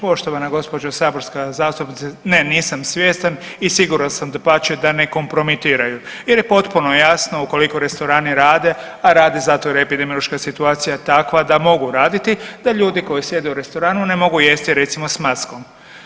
Poštovana gospođo saborska zastupnice ne nisam svjestan i siguran sam dapače da ne kompromitiraju jer je potpuno jasno ukoliko restorani rade, a rade zato jer epidemiološka situacija je takva da mogu raditi da ljudi koji sjede u restoranu ne mogu jesti recimo s maskom.